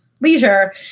leisure